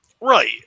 Right